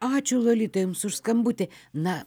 ačiū lolita jums už skambutį na